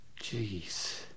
Jeez